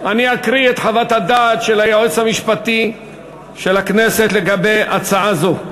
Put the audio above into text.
אני אקרא את חוות הדעת של היועץ המשפטי של הכנסת לגבי הצעה זו: